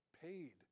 paid